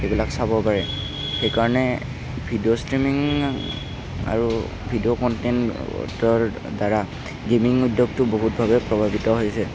সেইবিলাক চাব পাৰে সেইকাৰণে ভিডিঅ' ষ্ট্ৰীমিং আৰু ভিডিঅ' কনটেন্টৰদ্বাৰা গেমিং উদ্যোগটো বহুতভাৱে প্ৰভাৱিত হৈছে